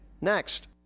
next